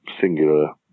singular